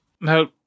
Now